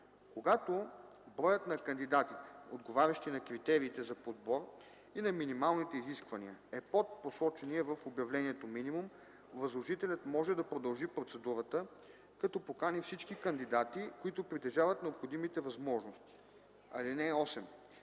Когато броят на кандидатите, отговарящи на критериите за подбор и на минималните изисквания, е под посочения в обявлението минимум, възложителят може да продължи процедурата, като покани всички кандидати, които притежават необходимите възможности. (8)